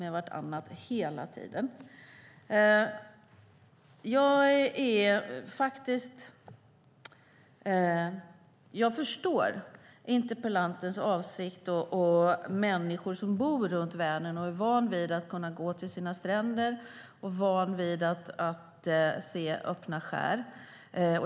Jag förstår interpellantens avsikt, och jag förstår att människor som bor runt Vänern är vana vid att kunna gå till sina stränder och vid att se öppna skär.